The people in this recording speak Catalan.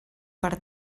per